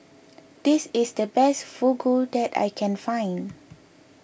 this is the best Fugu that I can find